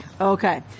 Okay